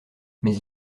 mais